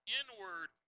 inward